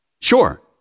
Sure